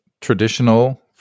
traditional